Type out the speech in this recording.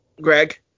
Greg